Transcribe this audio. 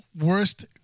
worst